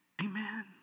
Amen